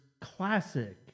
classic